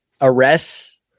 arrests